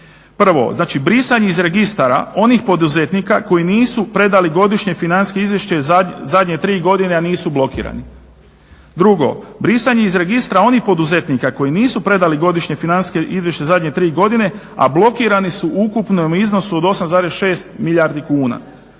Prvo, znači brisanje iz registara onih poduzetnika koji nisu predali godišnje financijsko izvješće zadnje 3 godine, a nisu blokirani. Drugo, brisanje iz registra onih poduzetnika koji nisu predali godišnje financijsko izvješće zadnje 3 godine, a blokirani su u ukupnom iznosu od 8,6 milijardi kuna.